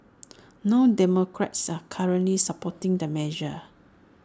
no democrats are currently supporting the measure